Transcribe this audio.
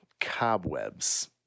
Cobwebs